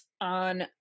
on